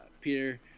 Peter